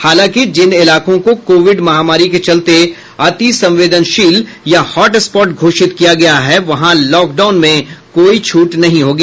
हालांकि जिन इलाकों को कोविड महामारी के चलते अतिसंवेदनशील या हॉटस्पॉट घोषित किया गया है वहां लॉकडाउन में कोई छूट नहीं होगी